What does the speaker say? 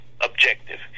objective